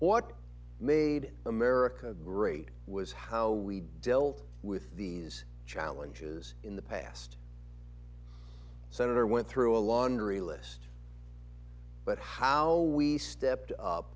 what made america great was how we dealt with these challenges in the past senator went through a laundry list but how we stepped up